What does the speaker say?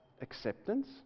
acceptance